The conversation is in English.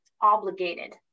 obligated